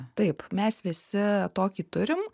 taip mes visi tokį turim